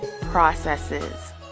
processes